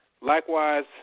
Likewise